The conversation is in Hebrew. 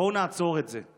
בואו נעצור את זה.